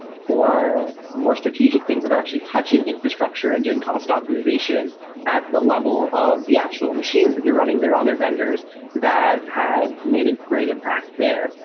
for more strategic things that are actually touching infrastructure and doing cost optimization at the level of the actual machines that you're running, there are other vendors that have made a great impact there.